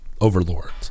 overlords